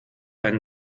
einen